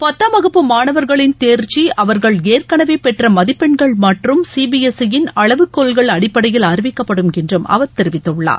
பத்தாம் வகுப்பு மானவர்களின் தேர்ச்சிஅவர்கள் ஏற்கனவேபெற்றமதிப்பென்கள் மற்றும் சிபிஎஸ்இ யின் அளவுகோல்கள் அடிப்படையில் அறிவிக்கப்படும் என்றுஅவர் தெரிவித்துள்ளார்